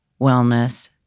wellness